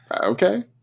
okay